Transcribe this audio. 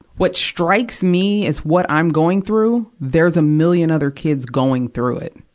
what strikes me is what i'm going through, there's a million other kids going through it.